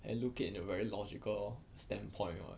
and look it in a very logical standpoint [what]